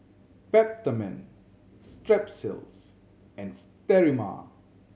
Peptamen Strepsils and Sterimar